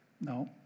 No